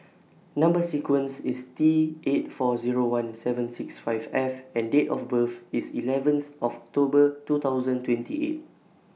Number sequence IS T eight four Zero one seven six five F and Date of birth IS eleventh October two thousand twenty eight